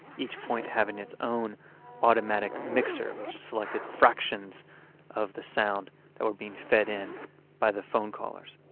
each point having its own automatic mixer, which selected fractions of the sound that were being fed in by the phone callers.